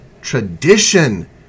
tradition